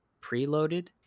preloaded